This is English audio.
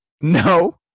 No